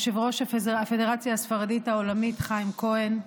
יושב-ראש הפדרציה הספרדית העולמית חיים כהן,